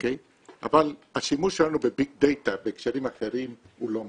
אבל השימוש שלנו בביג דאטה בהקשרים אחרים הוא לא משהו.